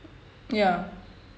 ya